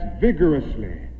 vigorously